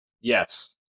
Yes